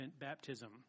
baptism